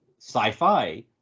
sci-fi